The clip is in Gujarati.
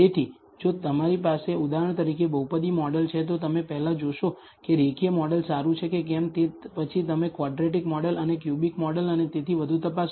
તેથી જો તમારી પાસે ઉદાહરણ તરીકે બહુપદી મોડેલ છે તો તમે પહેલા જોશો કે રેખીય મોડેલ સારું છે કે કેમ તે પછી તમે ક્વોડ્રેટિક મોડેલ અને ક્યુબિક મોડેલ અને તેથી વધુ તપાસશો